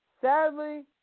Sadly